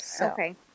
okay